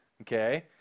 okay